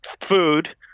food